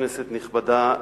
כנסת נכבדה,